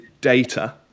data